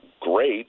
great